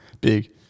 big